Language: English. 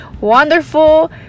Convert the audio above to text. wonderful